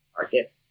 market